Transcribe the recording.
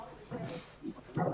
אמרנו בסדר.